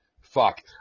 fuck